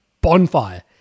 bonfire